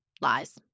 lies